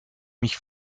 mich